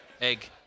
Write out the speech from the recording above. Egg